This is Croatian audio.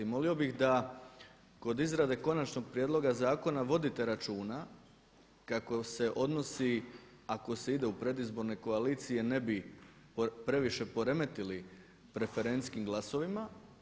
Molio bih da kod izrade konačnog prijedloga zakona vodite računa kako se odnosi, ako se ide u predizborne koalicije ne bi previše poremetili preferencijskim glasovima.